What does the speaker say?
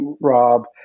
Rob